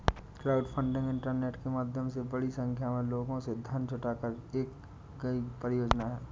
crowdfunding internet के माध्यम से बड़ी संख्या में लोगों से धन जुटाकर की गई एक परियोजना है